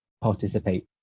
participate